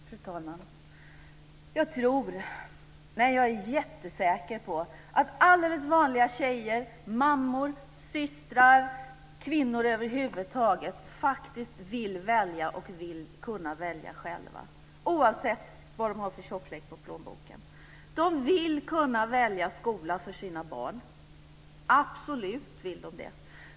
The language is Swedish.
Fru talman! Jag tror - nej, jag är jättesäker på att alldeles vanliga tjejer, mammor, systrar och kvinnor över huvud taget faktiskt vill kunna välja själva, oavsett vad de har för tjocklek på plånboken. De vill kunna välja skola för sina barn - absolut vill de det!